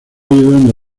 ayudando